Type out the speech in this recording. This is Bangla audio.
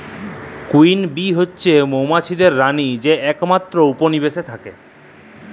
কুইল বী হছে মোমাছিদের রালী যে একমাত্তর উপলিবেশে থ্যাকে